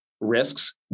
risks